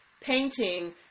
painting